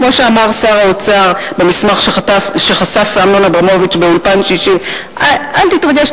כמו שאמר שר האוצר במסמך שחשף אמנון אברמוביץ ב"אולפן שישי" אל תתרגש,